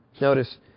Notice